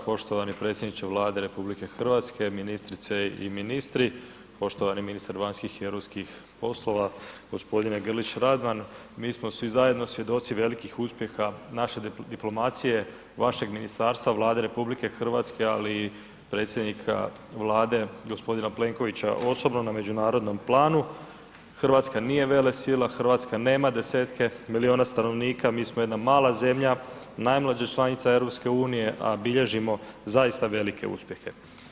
Poštovani predsjedniče Vlade RH, ministrice i ministri, poštovani ministar vanjskih i europskih poslova gospodine Grlić Radman, mi smo svi zajedno svjedoci velikih uspjeha naše diplomacije, vašeg ministarstva, Vlade RH, ali i predsjednika Vlade gospodina Plenkovića osobno na međunarodnom planu, Hrvatska nije velesila, Hrvatska nema 10-tke miliona stanovnika, mi smo jedna mala zemlja, najmlađa članica EU, a bilježimo zaista velike uspjehe.